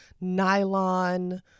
nylon